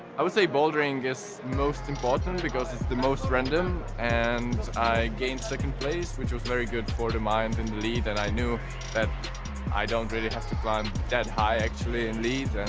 i would say bouldering is most important, because it's the most random and i gained second place, which was very good for the mind in lead, and i knew that i don't really have to climb that high actually in lead,